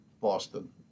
Boston